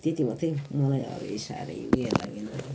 त्यति मात्रै मलाई अब यी साह्रै उयो लागेन